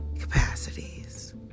capacities